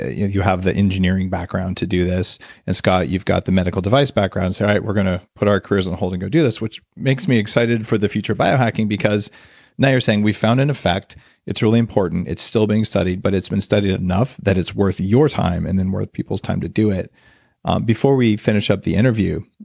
you have the engineering background to do this and scott you've got the medical device background, said all so right we're going to put our careers on hold and go do this. which makes me exited for the future of biohacking because now you're saying, we found in a fact it's really important, it's still being studied but it's been studied enough that it's worth your time and then worth people's time to do it before we finish up the interview,